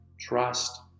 trust